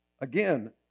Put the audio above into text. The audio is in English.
Again